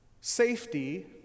safety